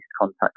contact